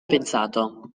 pensato